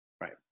Right